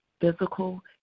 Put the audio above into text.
physical